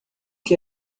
que